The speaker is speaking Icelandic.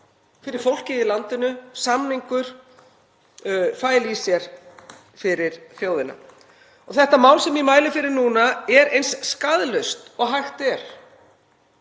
fyrir fólkið í landinu samningur fæli í sér fyrir þjóðina? Málið sem ég mæli fyrir núna er eins skaðlaust og hægt er.